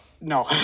No